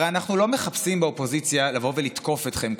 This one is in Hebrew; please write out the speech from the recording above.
הרי אנחנו לא מחפשים באופוזיציה לבוא ולתקוף אתכם,